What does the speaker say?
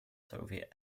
soviet